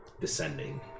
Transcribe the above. descending